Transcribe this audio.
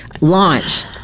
Launch